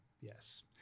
yes